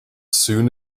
soon